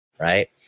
Right